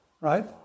Right